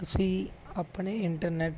ਤੁਸੀਂ ਆਪਣੇ ਇੰਟਰਨੈਟ